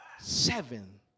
Seven